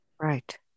Right